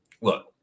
look